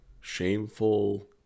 shameful